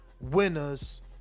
winners